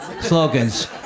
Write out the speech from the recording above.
slogans